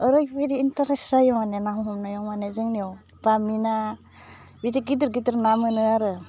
ओरैबायदि इन्टारेस्ट जायो माने ना हमनायाव माने जोंनियाव बामि ना बिदि गिदिर गिदिर ना मोनो आरो